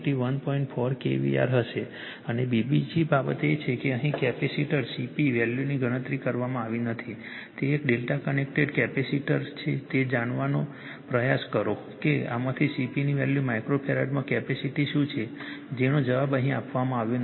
4kVAr હશે અને બીજી બાબત એ છે કે અહીં કેપેસિટર CP વેલ્યુની ગણતરી કરવામાં આવી નથી તે એક ડેલ્ટા કનેક્ટેડ કેપેસિટર છે એ જાણવાનો પ્રયાસ કરો કે આમાંથી CP ની વેલ્યુ માઇક્રો ફેરાડમાં કેપેસીટી શું છે જેનો જવાબ અહીં આપવામાં આવ્યો નથી